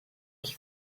qui